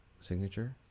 signature